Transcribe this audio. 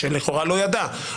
שלכאורה לא ידע,